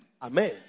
Amen